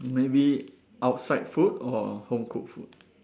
maybe outside food or home cooked food